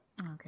okay